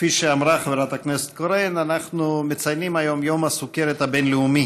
נעבור להצעות לסדר-היום בנושא: ציון יום הסוכרת הבין-לאומי,